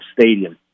Stadium